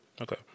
Okay